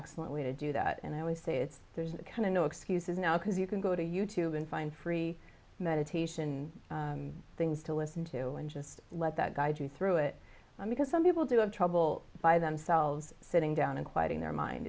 excellent way to do that and i always say it's the kind of no excuses now because you can go to youtube and find free meditation things to listen to and just let that guide you through it because some people do have trouble by themselves sitting down and quieting their mind